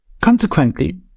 Consequently